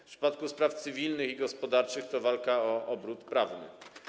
W przypadku spraw cywilnych i gospodarczych to walka o obrót prawny.